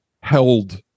held